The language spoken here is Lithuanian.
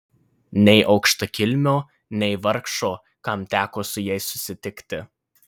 nei aukštakilmio nei vargšo kam teko su jais susitikti